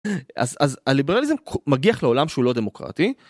אז אז הליברליזם מגיח לעולם שהוא לא דמוקרטי.